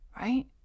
Right